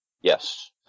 Yes